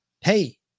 hey